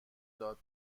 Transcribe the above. داد